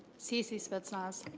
ceci spitznas.